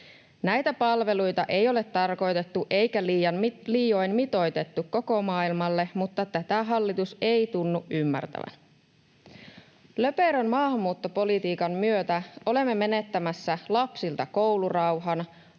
Näitä palveluita ei ole tarkoitettu eikä liioin mitoitettu koko maailmalle, mutta tätä hallitus ei tunnu ymmärtävän. Löperön maahanmuuttopolitiikan myötä olemme menettämässä lapsilta koulurauhan,